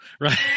right